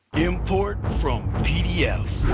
import from pdf.